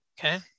Okay